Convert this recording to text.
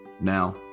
Now